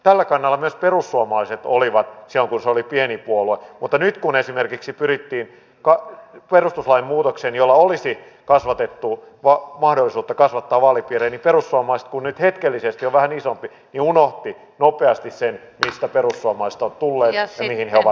tällä kannalla myös perussuomalaiset oli silloin kun se oli pieni puolue mutta nyt kun esimerkiksi pyrittiin perustuslain muutokseen jolla olisi kasvatettu mahdollisuutta kasvattaa vaalipiirejä niin perussuomalaiset nyt kun hetkellisesti on vähän isompi unohti nopeasti sen mistä perussuomalaiset ovat tulleet ja mihin he ovat menossa takaisin